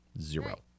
Zero